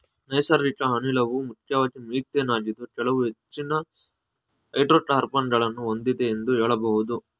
ನೈಸರ್ಗಿಕ ಅನಿಲವು ಮುಖ್ಯವಾಗಿ ಮಿಥೇನ್ ಆಗಿದ್ದು ಕೆಲವು ಹೆಚ್ಚಿನ ಹೈಡ್ರೋಕಾರ್ಬನ್ ಗಳನ್ನು ಹೊಂದಿದೆ ಎಂದು ಹೇಳಬಹುದು